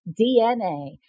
DNA